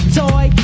toy